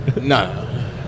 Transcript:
No